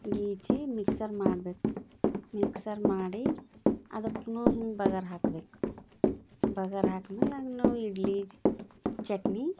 ಗೀಜಿ mixer ಮಾಡಬೇಕು mixer ಮಾಡಿ ಅದಕ್ಕೂ ಹಿಂಗೆ ಬಗರ್ ಹಾಕ್ಬೇಕು ಬಗರ್ ಹಾಕ್ದ್ ಮೇಲೆನೂ ಇಡ್ಲಿ ಚಟ್ನಿ